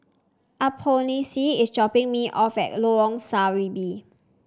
Alphonse is dropping me off at Lorong Serambi